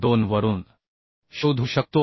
2 वरून शोधू शकतो